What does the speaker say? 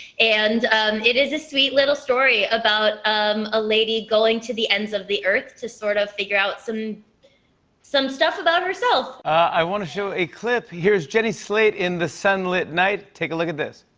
and it is a sweet, little story about um a lady going to the ends of the earth to sort of figure out some some stuff about herself. i want to show a clip. here's jenny slate in the sunlit night. take a look at this.